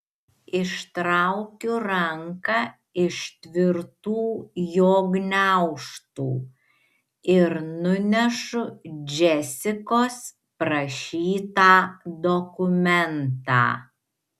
ištraukiu ranką iš tvirtų jo gniaužtų ir nunešu džesikos prašytą dokumentą